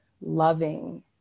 Loving